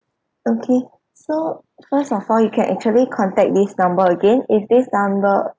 okay so first of all you can actually contact this number again if this number